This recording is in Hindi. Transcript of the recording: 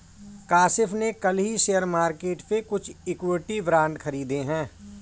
काशिफ़ ने कल ही शेयर मार्केट से कुछ इक्विटी बांड खरीदे है